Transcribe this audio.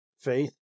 faith